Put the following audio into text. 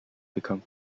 become